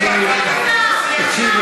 תודה